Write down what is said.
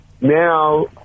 now